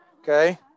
Okay